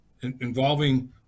involving